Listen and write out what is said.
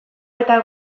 eta